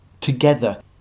together